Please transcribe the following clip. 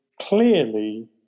clearly